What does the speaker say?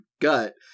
gut